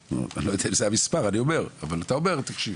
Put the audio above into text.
לצורך העניין, אבל אתה אומר תקשיב